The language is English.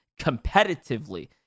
competitively